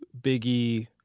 Biggie